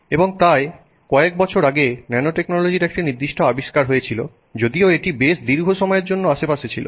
এবং তাই কয়েক বছর আগে ন্যানোটেকনোলজির একটি নির্দিষ্ট আবিষ্কার হয়েছিল যদিও এটি বেশ দীর্ঘ সময়ের জন্য আশেপাশে ছিল